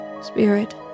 Spirit